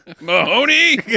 Mahoney